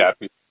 happy